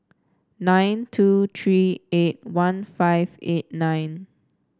nine two three eight one five eight nine